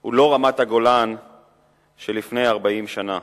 הוא לא רמת-הגולן שלפני 40 שנה,